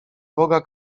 boga